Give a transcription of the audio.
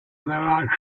salat